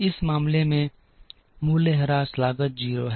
इस मामले में मूल्यह्रास लागत 0 है